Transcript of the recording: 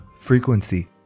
frequency